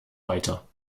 weiter